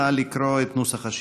נא לקרוא את נוסח השאילתה.